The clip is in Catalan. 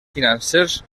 financers